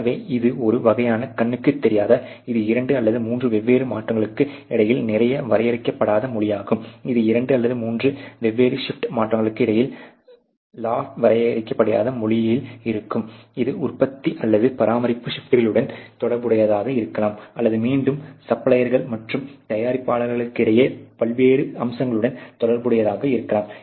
எனவே இது ஒரு வகையான கண்ணுக்கு தெரியாதது இது 2 அல்லது 3 வெவ்வேறு மாற்றங்களுக்கு இடையில் நிறைய வரையறுக்கப்படாத மொழியாகும்இது 2 அல்லது 3 வெவ்வேறு ஷிப்ட் மாற்றங்களுக்கு இடையில் லாட் வரையறுக்கப்படாத மொழில் இருக்கும் இது உற்பத்தி அல்லது பராமரிப்பு ஷிப்ட்களுடன் தொடர்புடையதாக இருக்கலாம் அல்லது மீண்டும் சப்ளையர்கள் மற்றும் தயாரிப்பாளர்களுக்கு இடையே பல்வேறு அம்சங்களுடன் தொடர்புடையதாக இருக்கலாம்